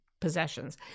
Possessions